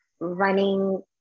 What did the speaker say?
running